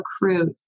recruit